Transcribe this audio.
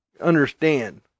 understand